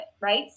right